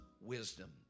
wisdom